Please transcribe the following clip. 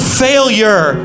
failure